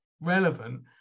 relevant